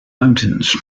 mountains